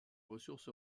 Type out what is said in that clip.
ressources